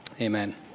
Amen